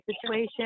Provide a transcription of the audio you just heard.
situation